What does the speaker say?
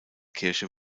kirche